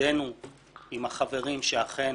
וידאנו עם החברים שאכן